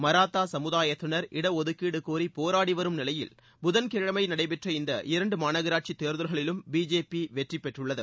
மராத்தா சமுதாயத்தினர் இட ஒதுக்கீடு கோரி போராடி வரும் நிலையில் புதன்கிழமை நடைபெற்ற இந்த இரண்டு மாநகராட்சி தேர்தல்களிலும் பிஜேபி வெற்றி பெற்றுள்ளது